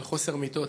על חוסר מיטות.